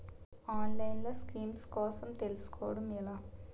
ఆన్లైన్లో స్కీమ్స్ కోసం తెలుసుకోవడం ఎలా?